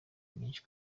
nyinshi